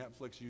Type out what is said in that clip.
Netflix